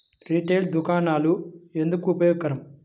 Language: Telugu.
రిటైల్ దుకాణాలు ఎందుకు ఉపయోగకరం?